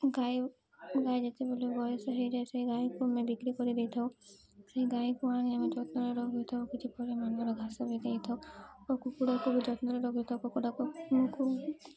ଗାଈ ଗାଈ ଯେତେବେଳେ ବୟସ ହେଇଯାଏ ସେ ଗାଈକୁ ଆମେ ବିକ୍ରି କରି ଦେଇଥାଉ ସେଇ ଗାଈକୁ ଆଣି ଆମେ ଯତ୍ନରେ ରଖି ଥାଉ କିଛି ପରିମାଣର ଘାସ ବି ଦେଇଥାଉ ଆଉ କୁକୁଡ଼ାକୁ ବି ଯତ୍ନରେ ରଖି ଥାଉ କୁକୁଡ଼ାକୁ